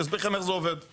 אין שוטרים באזורים מסוימים.